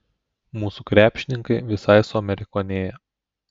mūsų krepšininkai visai suamerikonėja